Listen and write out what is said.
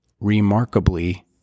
remarkably